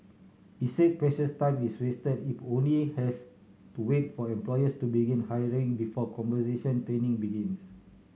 he said precious time is wasted if has to wait for employers to begin hiring before conversion training begins